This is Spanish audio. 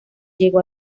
llegó